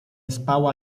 spała